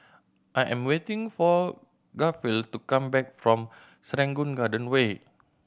I am waiting for Garfield to come back from Serangoon Garden Way